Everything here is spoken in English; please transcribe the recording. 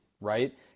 right